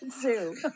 zoo